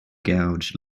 gouged